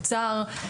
אוצר,